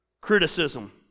criticism